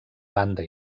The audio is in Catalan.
banda